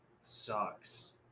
sucks